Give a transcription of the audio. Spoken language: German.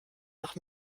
nach